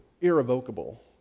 irrevocable